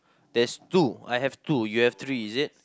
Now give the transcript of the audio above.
there's two I have two you have three is it